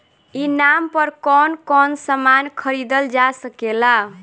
ई नाम पर कौन कौन समान खरीदल जा सकेला?